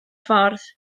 ffordd